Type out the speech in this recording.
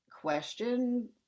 question